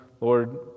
Lord